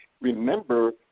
remember